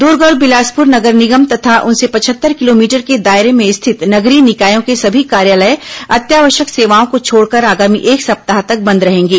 दुर्ग और बिलासपुर नगर निगम तथा उनसे पचहत्तर किलोमीटर के दायरे में स्थित नगरीय निकायों के सभी कार्यालय अत्यावश्यक सेवाओं को छोड़कर आगामी एक सप्ताह तक बंद रहेंगे